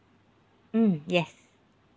mm yes